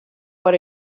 what